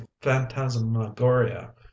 phantasmagoria